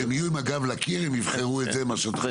שכשהם יהיו עם הגב לקיר הם יבחרו את זה ולא